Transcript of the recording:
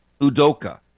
Udoka